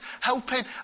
helping